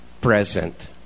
present